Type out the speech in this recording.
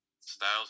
styles